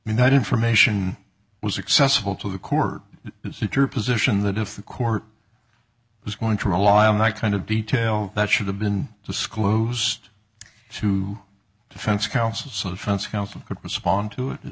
i mean that information was accessible to the court is it your position that if the court was going to rely on my kind of detail that should have been disclosed to defense counsel so the defense counsel could respond to it